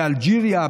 באלג'יריה,